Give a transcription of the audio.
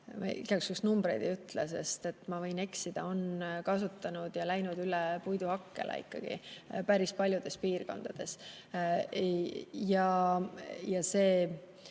juhuks numbreid ei ütle, sest ma võin eksida – on kasutanud ja läinud üle puiduhakkele päris paljudes piirkondades. Selle